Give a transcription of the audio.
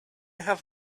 have